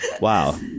Wow